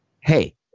Hey